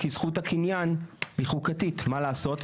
כי זכות הקניין היא חוקתית מה לעשות.